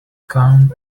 come